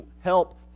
help